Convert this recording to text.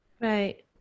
Right